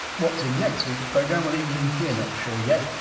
what's in next week's programme we'll even we're not sure yet!